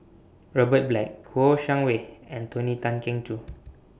Robert Black Kouo Shang Wei and Tony Tan Keng Joo